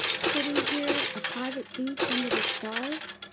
sitting here, a private beach under the stars.